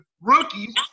rookies